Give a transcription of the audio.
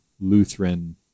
lutheran